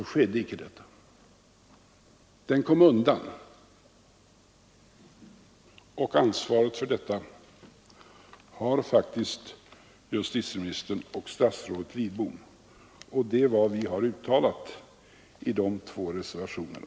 Ansvaret för detta har faktiskt justitieministern och statsrådet Lidbom. Det är vad vi har uttalat i reservationerna.